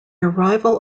arrival